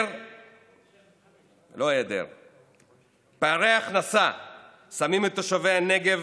פערי הכנסה שמים את תושבי הנגב